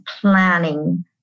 planning